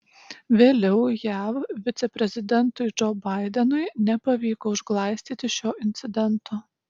vėliau jav viceprezidentui džo baidenui nepavyko užglaistyti šio incidento